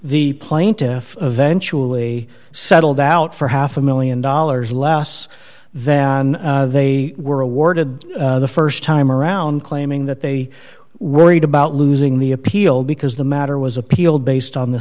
the plaintiffs eventually settled out for half a one million dollars less than they were awarded the st time around claiming that they were worried about losing the appeal because the matter was appealed based on the